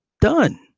done